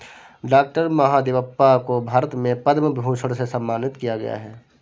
doctor Mahadevappa को भारत में पद्म भूषण से सम्मानित किया गया है